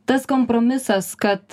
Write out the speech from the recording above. tas kompromisas kad